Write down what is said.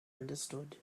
understood